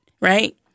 right